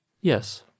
Yes